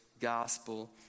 gospel